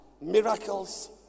miracles